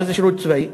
מה זה שירות צבאי?